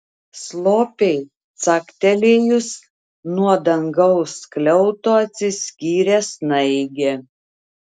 slopiai caktelėjus nuo dangaus skliauto atsiskyrė snaigė